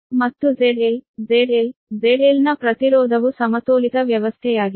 ಮತ್ತು ZL ZL ZL ನ ಪ್ರತಿರೋಧವು ಸಮತೋಲಿತ ವ್ಯವಸ್ಥೆಯಾಗಿದೆ